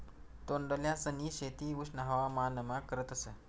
तोंडल्यांसनी शेती उष्ण हवामानमा करतस